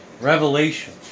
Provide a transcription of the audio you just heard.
Revelation